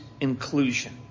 inclusion